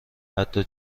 حتی